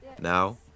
Now